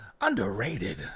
underrated